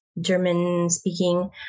German-speaking